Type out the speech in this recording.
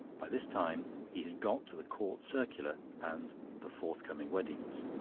by this time he had got to the court circular and the forthcoming weddings.